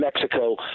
Mexico